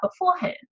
beforehand